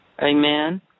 Amen